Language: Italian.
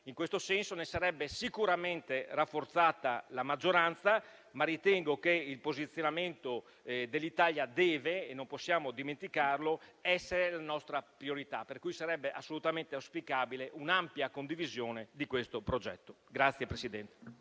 In questo senso ne sarebbe sicuramente rafforzata la maggioranza, ma ritengo che il posizionamento dell'Italia debba - e non possiamo dimenticarlo - essere la nostra priorità. Per cui, sarebbe assolutamente auspicabile un'ampia condivisione di questo progetto.